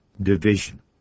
division